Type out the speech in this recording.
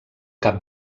cap